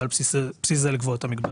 ועל בסיס זה לקבוע את המגבלה.